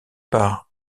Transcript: par